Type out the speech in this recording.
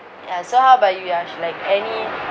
ya so how about you Yash like any